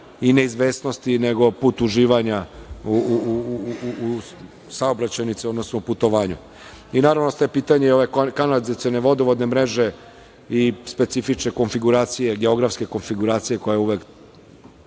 i neizvesnosti, nego put uživanja u saobraćajnici, odnosno u putovanju. Naravno, ostaje pitanje ove kanalizacione, vodovodne mreže i specifične konfiguracije, geografske konfiguracije koja uvek